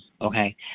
Okay